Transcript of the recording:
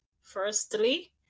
firstly